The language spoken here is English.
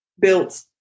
built